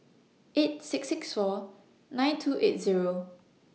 eight six six four nine two eight Zero